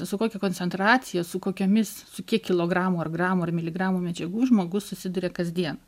su kokia koncentracija su kokiomis su kiek kilogramų ar gramų ar miligramų medžiagų žmogus susiduria kasdien